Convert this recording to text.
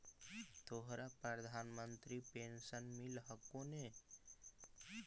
तोहरा प्रधानमंत्री पेन्शन मिल हको ने?